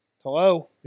Hello